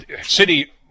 City